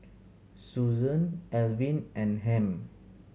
Susan Alvin and Hamp